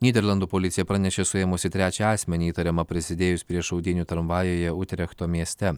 nyderlandų policija pranešė suėmusi trečią asmenį įtariamą prisidėjus prie šaudynių tramvajuje utrechto mieste